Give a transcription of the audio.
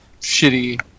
shitty